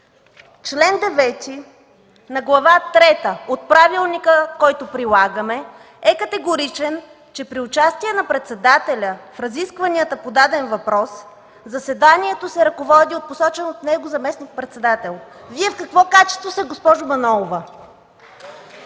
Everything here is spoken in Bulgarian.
чл. 9 на Глава трета от правилника, който прилагаме, е категоричен, че при участие на председателя при разискванията по даден въпрос заседанието се ръководи от посочен от него заместник-председател. Вие в какво качество сте, госпожо Манолова?!